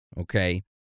Okay